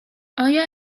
آیا